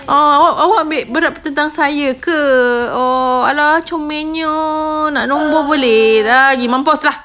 !aww! awak ambil berat tentang saya ke oh !alah! comelnya naik nombor boleh ah pergi mampus lah